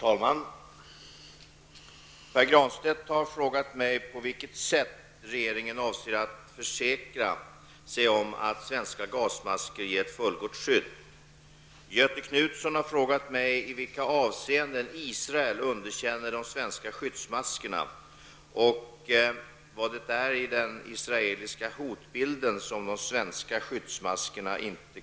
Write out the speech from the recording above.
Israeliska myndigheter har enligt uppgift underkänt de svenska skyddsmasker som sänts till Israel i avsikt att vara till skydd för civilbefolkningen på Från Sveriges civilförsvarsförbund har det nu ställts kritiska frågor angående våra 6,5 miljoner skyddsmasker och dess användbarhet i de krissituationer som kan drabba Sveriges befolkning.